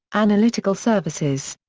analytical services.